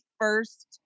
first